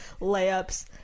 layups